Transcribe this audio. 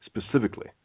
specifically